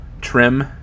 trim